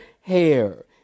hair